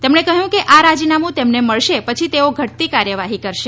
તેમણે કહ્યું કે આ રાજીનામું તેમને મળશે પછી તેઓ ઘટતી કાર્યવાહી કરશે